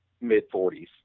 mid-40s